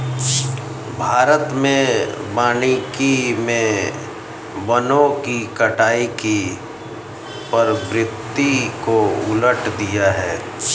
भारत में वानिकी मे वनों की कटाई की प्रवृत्ति को उलट दिया है